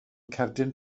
cerdyn